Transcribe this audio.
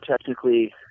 technically